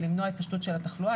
ולמנוע התפשטות של התחלואה,